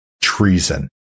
Treason